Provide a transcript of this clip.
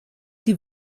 die